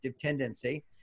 tendency